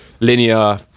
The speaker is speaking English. linear